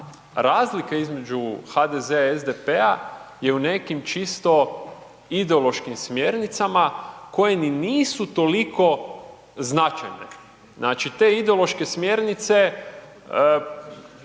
razlika između HDZ-a i SDP-a je u nekim čisto ideološkim smjernicama koje ni nisu toliko značajne. Znači te ideološke smjernice